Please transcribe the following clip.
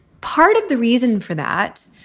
part of the reason for that,